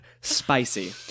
spicy